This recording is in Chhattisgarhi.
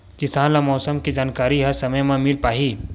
किसान ल मौसम के जानकारी ह समय म मिल पाही?